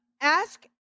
ask